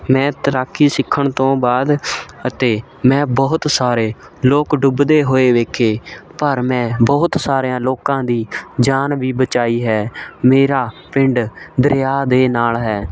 ਮੈਂ ਤੈਰਾਕੀ ਸਿੱਖਣ ਤੋਂ ਬਾਅਦ ਅਤੇ ਮੈਂ ਬਹੁਤ ਸਾਰੇ ਲੋਕ ਡੁੱਬਦੇ ਹੋਏ ਵੇਖੇ ਪਰ ਮੈਂ ਬਹੁਤ ਸਾਰਿਆਂ ਲੋਕਾਂ ਦੀ ਜਾਨ ਵੀ ਬਚਾਈ ਹੈ ਮੇਰਾ ਪਿੰਡ ਦਰਿਆ ਦੇ ਨਾਲ਼ ਹੈ